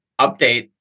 update